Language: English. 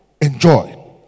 enjoy